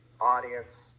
audience